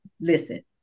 listen